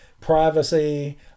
Privacy